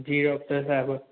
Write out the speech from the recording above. जी doctor साहिबु